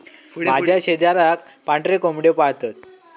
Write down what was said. माझ्या शेजाराक पांढरे कोंबड्यो पाळतत